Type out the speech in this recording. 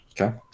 okay